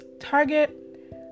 Target